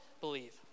believe